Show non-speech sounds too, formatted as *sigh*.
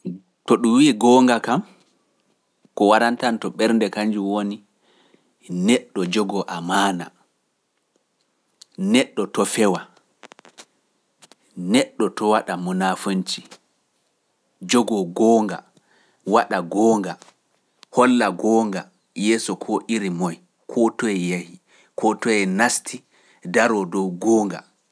*unintelligible* To ɗum wiye goonga kam, ko waɗantanto ɓernde kanji woni neɗɗo jogoo amaana, neɗɗo to feewa, neɗɗo to waɗa munaafoñci, jogoo goonga, waɗa goonga, holla goonga yeeso koo iri moy, koo toye yehi, koo toye naasti, daroo dow goonga.